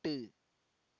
விட்டு